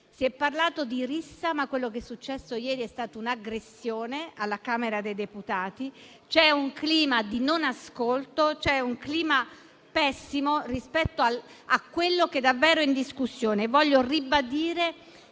Si è parlato di rissa, ma quello che è successo ieri è stata un'aggressione alla Camera dei deputati. C'è un clima di non ascolto, c'è un clima pessimo rispetto a quello che è davvero in discussione.